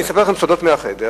ואני אספר לכם סודות מהחדר,